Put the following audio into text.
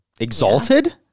exalted